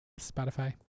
Spotify